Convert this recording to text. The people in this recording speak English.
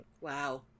wow